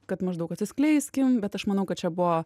kad maždaug atsiskleiskim bet aš manau kad čia buvo